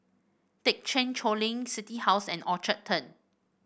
Thekchen Choling City House and Orchard Turn